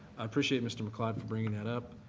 i appreciate mr. mccloud for bringing that up.